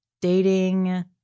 dating